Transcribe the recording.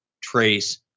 trace